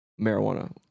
Marijuana